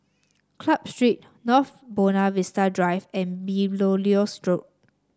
Club Street North Buona Vista Drive and Belilios Road